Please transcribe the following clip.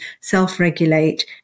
self-regulate